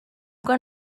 que